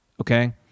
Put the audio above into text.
okay